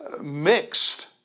mixed